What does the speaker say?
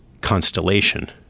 Constellation